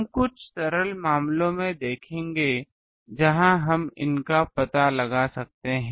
हम कुछ सरल मामलों को देखेंगे जहां हम इनका पता लगा सकते हैं